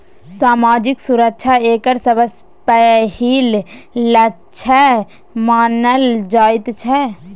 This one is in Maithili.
सामाजिक सुरक्षा एकर सबसँ पहिल लक्ष्य मानल जाइत छै